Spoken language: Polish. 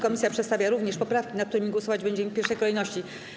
Komisja przedstawia również poprawki, nad którymi głosować będziemy w pierwszej kolejności.